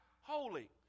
holy